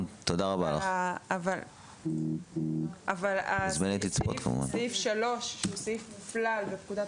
אבל סעיף 3 שהוא סעיף מופלל בפקודת